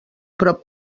prop